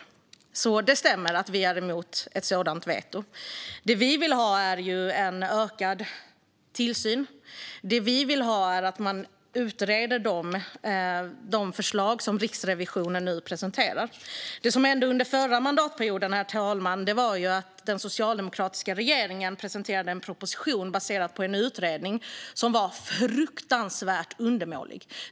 Det stämmer att vi är emot ett sådant veto. Det vi vill ha är en utökad tillsyn. Det vi vill är att man utreder de förslag som Riksrevisionen nu presenterar. Det som hände under förra mandatperioden, herr talman, var ju att den socialdemokratiska regeringen presenterade en proposition som var baserad på en utredning som var fruktansvärt undermålig.